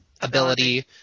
ability